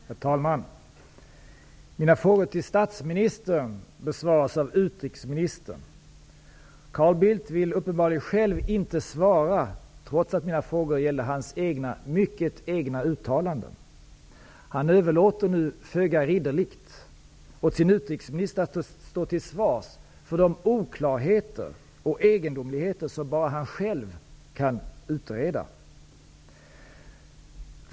Herr talman! Mina frågor till statsministern besvaras av utrikesministern. Carl Bildt vill uppenbarligen själv inte svara, trots att mina frågor gäller hans egna -- mycket egna -- uttalanden. Han överlåter nu, föga ridderligt, åt sin utrikesminister att stå till svars för de oklarheter och egendomligheter som bara han själv kan utreda.